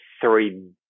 three